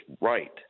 right